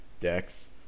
decks